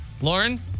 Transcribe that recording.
Lauren